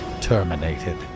terminated